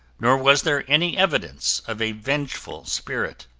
nor was there any evidence of a vengeful spirit.